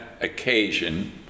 occasion